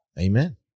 Amen